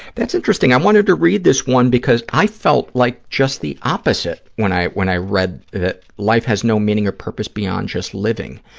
that's interesting. i wanted to read this one because i felt like just the opposite when i when i read that, life has no meaning or purpose beyond just living.